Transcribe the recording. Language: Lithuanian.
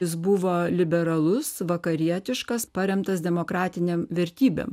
jis buvo liberalus vakarietiškas paremtas demokratinėm vertybėm